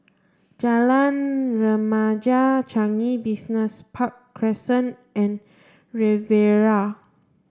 Jalan Remaja Changi Business Park Crescent and Riviera